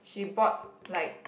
she bought like